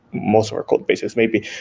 most of our code bases maybe.